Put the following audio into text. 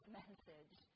message